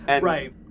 Right